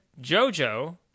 JoJo